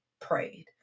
prayed